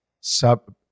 sub